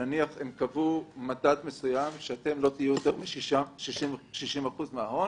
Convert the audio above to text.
נניח שהם קבעו מדד מסוים שלפיו לא נהיה יותר מ-60% מההון,